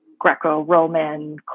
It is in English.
Greco-Roman